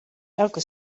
elke